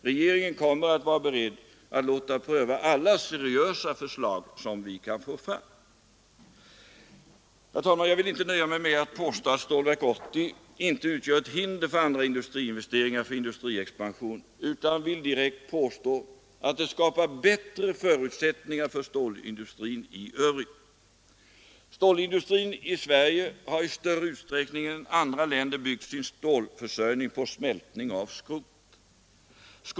Regeringen kommer att vara beredd att pröva alla seriösa förslag som läggs fram. Sedan vill jag inte nöja mig med påståendet att Stålverk 80 inte utgör ett hinder för andra investeringar för industriexpansion, utan jag vill direkt påstå att stålverket skapar bättre förutsättningar för stålindustrin i övrigt. Stålindustrin i Sverige har i större utsträckning än andra länder byggt sin stålförsörjning på smältning av skrot.